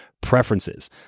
preferences